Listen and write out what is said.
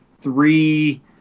three